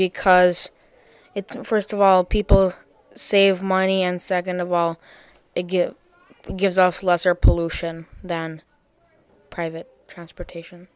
because it's first of all people save money and second of all it gives off lesser pollution than private transportation